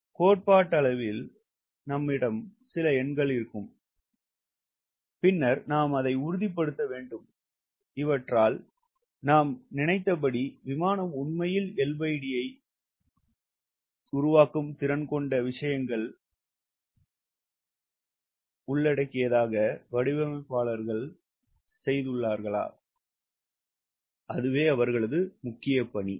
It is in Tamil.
கோட்பாட்டளவில் எங்களிடம் சில எண் இருக்கும் பின்னர் நாம் உறுதிப்படுத்த வேண்டும்இவற்றால் கட்டளையிடப்பட்டபடி விமானம் உண்மையில் LDஐ உருவாக்கும் திறன் கொண்ட விஷயங்கள் மற்றும் வடிவமைப்பாளரின் முக்கிய பணி இதுதான்